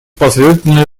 последовательные